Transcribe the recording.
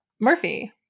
Murphy